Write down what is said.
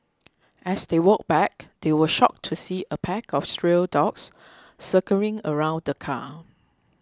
as they walked back they were shocked to see a pack of stray dogs circling around the car